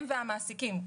הם והמעסיקים,